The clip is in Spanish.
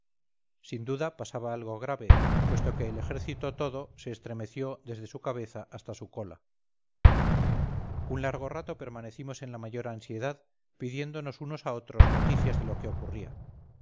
sin duda pasaba algo grave puesto que el ejército todo se estremeció desde su cabeza hasta su cola un largo rato permanecimos en la mayor ansiedad pidiéndonos unos a otros noticias de lo que ocurría